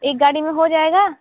एक गाड़ी में हो जायेगा